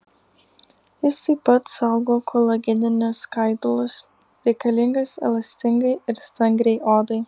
jis taip pat saugo kolagenines skaidulas reikalingas elastingai ir stangriai odai